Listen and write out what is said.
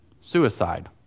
Suicide